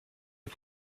est